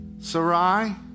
Sarai